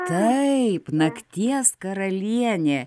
taip nakties karalienė